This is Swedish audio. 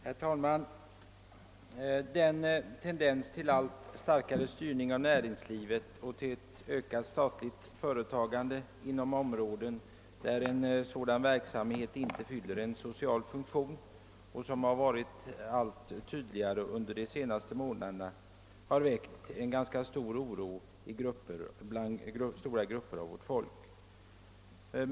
Herr talman! Den tendens till allt starkare styrning av näringslivet och till ett ökat statligt företagande inom områden, där en sådan verksamhet inte fyller en social funktion och som varit allt tydligare under de senaste månaderna, har väckt ganska stor oro inom stora grupper av vårt folk.